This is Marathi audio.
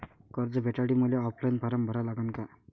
कर्ज भेटासाठी मले ऑफलाईन फारम भरा लागन का?